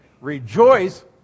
Rejoice